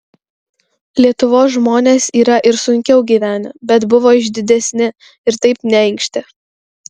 lietuvos žmonės yra ir sunkiau gyvenę bet buvo išdidesni ir taip neinkštė